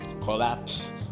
collapse